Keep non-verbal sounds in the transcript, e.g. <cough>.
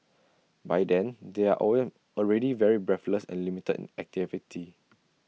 by then they are <unintelligible> already very breathless and limited in activity